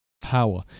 Power